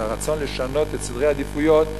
את הרצון לשנות את סדרי העדיפויות,